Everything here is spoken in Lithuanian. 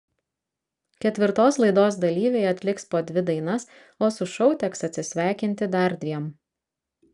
ketvirtos laidos dalyviai atliks po dvi dainas o su šou teks atsisveikinti dar dviem